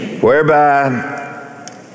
whereby